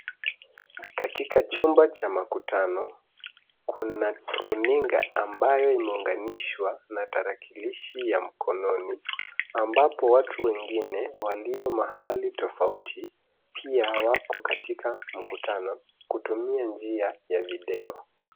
Katika chumba cha makutano, kuna runinga ambayo imeunganishwa na tarakilishi ya mkononi, ambapo watu wengine walio mahali tofauti , pia wako katika mkutano kutumia njia ya video.